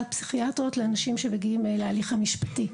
פסיכיאטריות לאנשים שמגיעים להליך המשפטי.